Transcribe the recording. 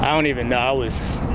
um don't even now is.